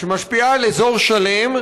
שמשפיעה על אזור שלם,